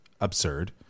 absurd